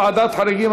ועדת חריגים),